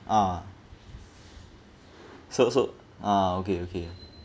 ah so so ah okay okay